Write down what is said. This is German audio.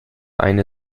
eine